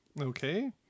Okay